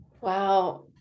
Wow